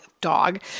dog